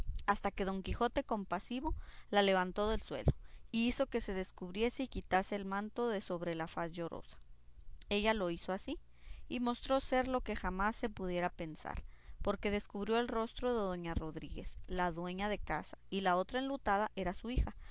hasta que don quijote compasivo la levantó del suelo y hizo que se descubriese y quitase el manto de sobre la faz llorosa ella lo hizo así y mostró ser lo que jamás se pudiera pensar porque descubrió el rostro de doña rodríguez la dueña de casa y la otra enlutada era su hija